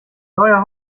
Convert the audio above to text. neuer